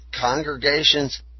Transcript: Congregations